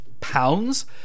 pounds